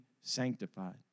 sanctified